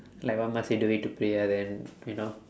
like what must we do it to priya then you know